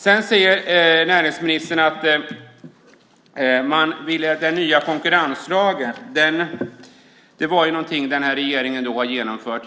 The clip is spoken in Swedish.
Sedan säger näringsministern att den nya konkurrenslagen är någonting den här regeringen har genomfört.